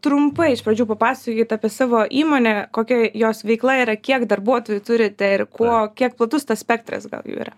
trumpai iš pradžių papasakokit apie savo įmonę kokia jos veikla yra kiek darbuotojų turite ir kuo kiek platus spektras gal jų yra